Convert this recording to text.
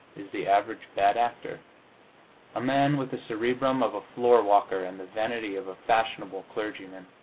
is the average bad actor a man with the cerebrum of a floor-walker and the vanity of a fashionable clergyman.